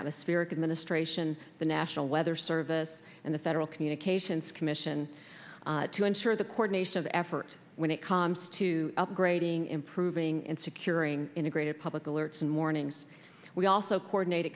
administration the national weather service and the federal communications commission to ensure the court nation of effort when it comes to upgrading improving and securing integrated public alerts and mornings we also coordinate